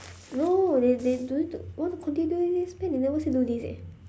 no they they don't need to want to continue doing this meh they never say do this eh